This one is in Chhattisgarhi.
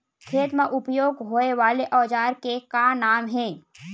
खेत मा उपयोग होए वाले औजार के का नाम हे?